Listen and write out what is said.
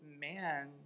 man